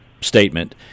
statement